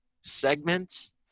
segments